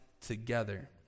together